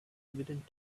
evident